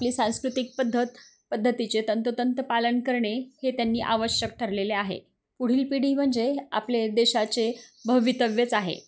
आपली सांस्कृतिक पद्धत पद्धतीचे तंतोतंत पालन करणे हे त्यांनी आवश्यक ठरलेले आहे पुढील पिढी म्हणजे आपले देशाचे भवितव्यच आहे